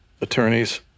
attorneys